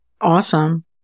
Awesome